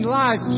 life